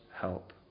help